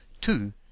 two